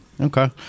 okay